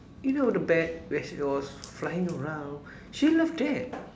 you know the bat where she was flying around she loved that